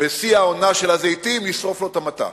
בשיא העונה של הזיתים, נשרוף לו את המטע.